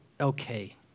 okay